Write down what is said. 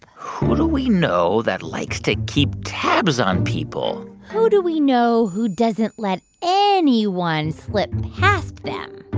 who do we know that likes to keep tabs on people? who do we know who doesn't let anyone slip past them?